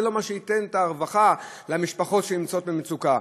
זה לא מה שייתן את הרווחה למשפחות שנמצאות במצוקה.